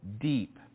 deep